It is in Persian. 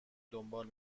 دنبال